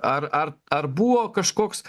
ar ar ar buvo kažkoks